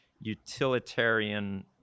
utilitarian